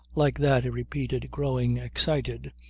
like that, he repeated growing excited.